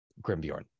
Grimbjorn